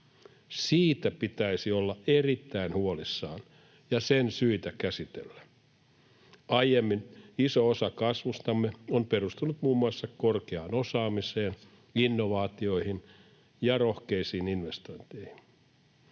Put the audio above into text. Siitä pitäisi olla erittäin huolissaan ja sen syitä käsitellä. Aiemmin iso osa kasvustamme on perustunut muun muassa korkeaan osaamiseen, innovaatioihin ja rohkeisiin investointeihin.